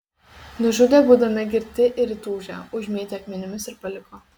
nužudė būdami girti ir įtūžę užmėtė akmenimis ir paliko